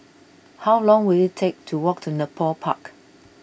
how long will it take to walk to Nepal Park